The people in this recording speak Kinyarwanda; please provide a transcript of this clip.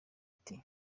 ati